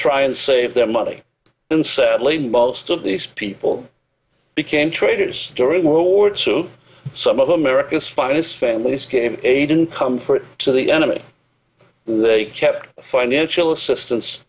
try and save their money and sadly most of these people became traitors during world war two some of america's finest families came aid and comfort to the enemy and they kept financial assistance